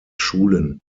schulen